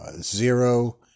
zero